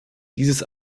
dieses